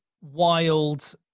wild